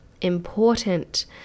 important